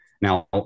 now